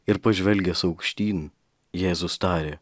ir pažvelgęs aukštyn jėzus tarė